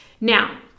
now